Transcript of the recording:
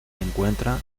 encuentra